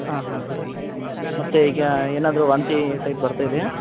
ಹಾಂ ಹಾಂ ಹಾಂ ಮತ್ತೆ ಈಗ ಏನಾದರೂ ವಾಂತಿ ಟೈಪ್ ಬರ್ತಾಯಿದ್ಯಾ